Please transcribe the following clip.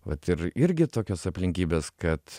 vat ir irgi tokios aplinkybės kad